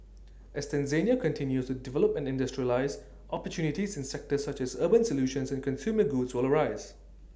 as Tanzania continues to develop and industrialise opportunities in sectors such as urban solutions and consumer goods will arise